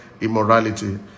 immorality